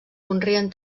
conreen